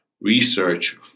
research